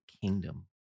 kingdom